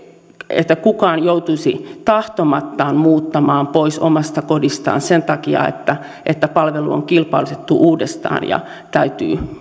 että kukaan joutuisi tahtomattaan muuttamaan pois omasta kodistaan sen takia että että palvelu on kilpailutettu uudestaan ja täytyy